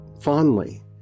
fondly